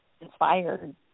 inspired